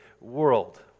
world